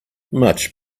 much